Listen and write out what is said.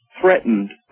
threatened